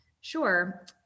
Sure